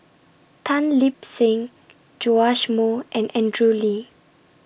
Tan Lip Seng Joash Moo and Andrew Lee